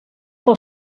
pel